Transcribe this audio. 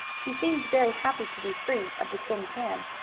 he seemed very happy to be free of the tin can.